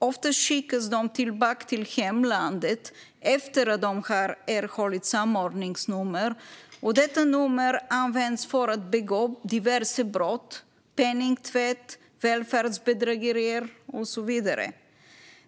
Oftast skickas de tillbaka till hemlandet efter det att de har erhållit samordningsnummer, och detta nummer används för att begå diverse brott. Det handlar om penningtvätt, välfärdsbedrägerier och så vidare.